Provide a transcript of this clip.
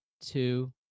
two